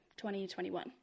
2021